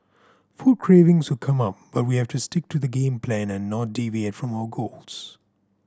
food cravings would come up but we have to stick to the game plan and not deviate from our goals